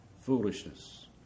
foolishness